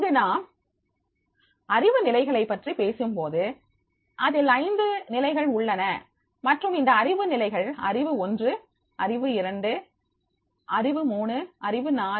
இங்கு நாம் அறிவு நிலைகளை பற்றி பேசும் போது அதில் ஐந்து நிலைகள் உள்ளன மற்றும் இந்த அறிவு நிலைகள் அறிவு 1 அறிவு 2 அறிவு 3 அறிவு 4 மற்றும் அறிவு 5